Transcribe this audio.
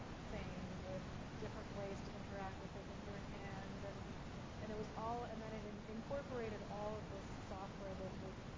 thing with different ways to interact with it with your hands, and and it was all, and then it and incorporated all of this software that would